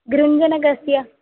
गृञ्जनकस्य